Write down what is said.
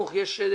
כבר לא כך.